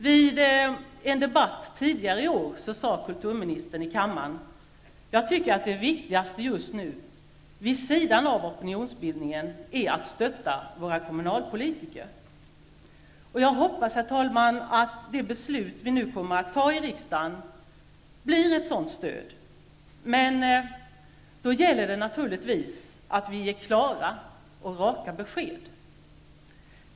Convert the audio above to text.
Vid en debatt tidigare i år sade kulturministern i kammaren: ''Jag tycker att det viktigaste just nu vid sidan av opinionsbildningen är att stötta våra kommunalpolitiker.'' Jag hoppas, herr talman, att det beslut som vi nu kommer att fatta i riksdagen innebär ett sådant stöd. Men då gäller det naturligtvis att vi ger klara och raka besked.